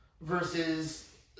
versus